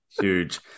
Huge